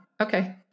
okay